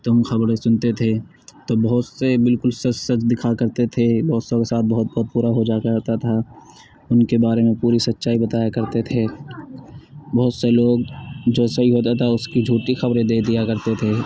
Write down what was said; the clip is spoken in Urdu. تو ہم خبریں سنتے تھے تو بہت سے بالکل سچ سچ دکھا کرتے تھے بہت سو کے ساتھ بہت بہت برا ہو جاتا تھا ان کے بارے میں پوری سچائی بتایا کرتے تھے بہت سے لوگ جو صحیح ہوتا تھا اس کی جھوٹی خبریں دے دیا کرتے تھے